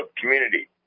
community